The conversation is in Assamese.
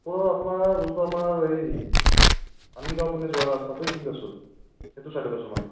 ত' আপোনাৰ যোনটো আমাৰ এই আমিনগাঁও পিনে যোৱা ৰাস্তাটো এইখিনিত আছোঁ সেইটো চাইদত আছোঁ মানে